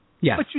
Yes